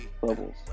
bubbles